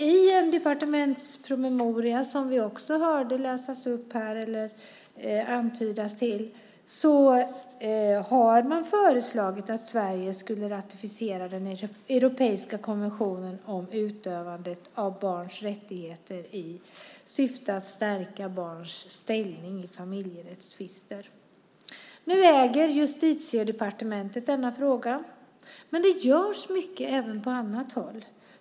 I en departementspromemoria har man föreslagit, som vi också hörde här, att Sverige skulle ratificera den europeiska konventionen om utövandet av barns rättigheter i syfte att stärka barns ställning vid familjerättstvister. Nu äger Justitiedepartementet frågan, men det görs mycket även på annat håll.